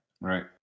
Right